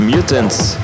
Mutants